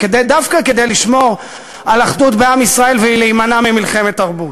דווקא כדי לשמור על אחדות בעם ישראל ולהימנע ממלחמת תרבות.